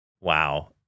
wow